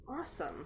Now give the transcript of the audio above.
Awesome